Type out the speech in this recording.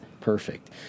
Perfect